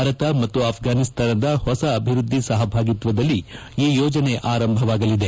ಭಾರತ ಮತ್ತು ಅಭ್ಯಾನಿಸ್ತಾನದ ಹೊಸ ಅಭಿವೃದ್ದಿ ಸಪಭಾಗಿತ್ವದಲ್ಲಿ ಈ ಯೋಜನೆ ಆರಂಭವಾಗಲಿದೆ